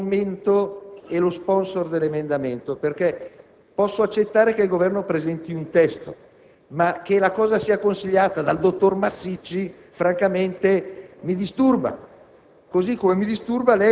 a fianco il commento e lo *sponsor* dell'emendamento. Posso accettare che il Governo presenti un testo, ma che la cosa sia consigliata dal dottor Massicci francamente mi disturba.